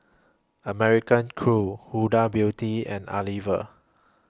American Crew Huda Beauty and Unilever